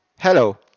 Hello